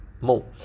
more